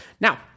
Now